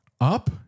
Up